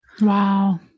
Wow